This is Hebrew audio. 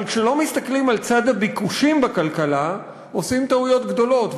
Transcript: אבל כשלא מסתכלים על צד הביקושים בכלכלה עושים טעויות גדולות.